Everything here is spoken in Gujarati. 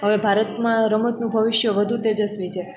હવે ભારતમાં રમતનું ભવિષ્ય વધુ તેજસ્વી છે